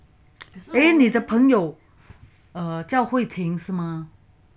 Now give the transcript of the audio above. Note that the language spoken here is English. eh 你的朋友 err 叫 hui ting 是吗